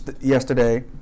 yesterday